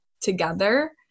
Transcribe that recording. together